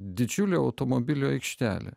didžiulė automobilių aikštelė